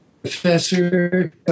professor